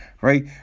right